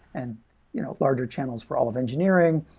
and you know larger channels for all of engineering.